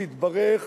שהתברך